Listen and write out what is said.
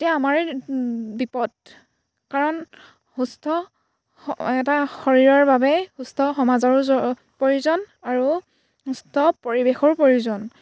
তেতিয়া আমাৰেই বিপদ কাৰণ সুস্থ এটা শৰীৰৰ বাবে সুস্থ সমাজৰো জ প্ৰয়োজন আৰু সুস্থ পৰিৱেশৰো প্ৰয়োজন